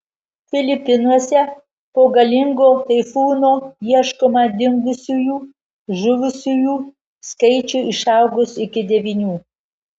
filipinuose po galingo taifūno ieškoma dingusiųjų žuvusiųjų skaičiui išaugus iki devynių